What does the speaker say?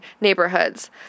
neighborhoods